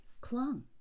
clung